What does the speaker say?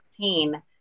2016